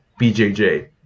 BJJ